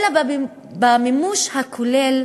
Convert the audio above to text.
אלא במימוש הכולל,